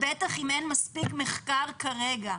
בטח אם אין מספיק מחקר כרגע.